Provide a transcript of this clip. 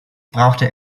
brauchte